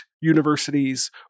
universities